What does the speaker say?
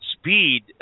speed